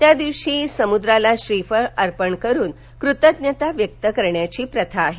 यादिवशी समुद्राला श्रीफळ अर्पण करून कृतज्ञता व्यक्त करण्याची प्रथा आहे